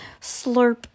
slurp